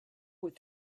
with